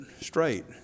straight